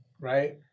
right